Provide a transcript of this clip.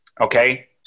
okay